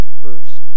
first